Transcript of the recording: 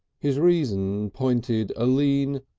his reason pointed a lean,